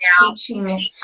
teaching